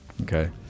okay